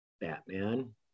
Batman